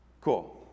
Cool